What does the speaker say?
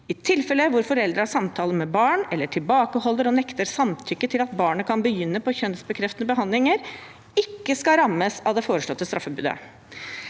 «tilfeller hvor foreldre har samtaler med barnet, eller tilbakeholder og nekter å samtykke til at barnet kan begynne på kjønnsbekreftende behandling, ikke skal rammes av det foreslåtte straffebudet».